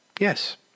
Yes